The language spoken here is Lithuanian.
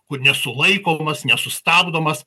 kur nesulaikomas nesustabdomas